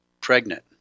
pregnant